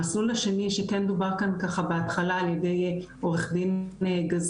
המסלול השני שכן דובר כאן ככה בהתחלה על ידי עורכת דין גזית,